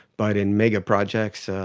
but in mega projects,